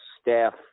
staff